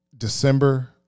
December